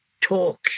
talk